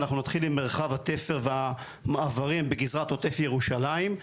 אנחנו נתחיל עם מרחב התפר והמעברים בגזרת עוטף ירושלים,